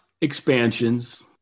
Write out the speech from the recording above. expansions